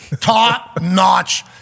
top-notch